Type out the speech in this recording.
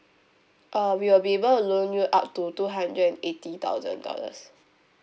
uh we will be able to loan you up to two hundred and eighty thousand dollars